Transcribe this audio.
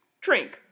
drink